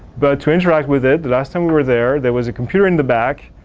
but to interact with it, the last time we were there, there was a computer in the back.